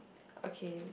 okay